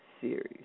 series